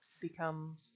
become